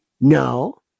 No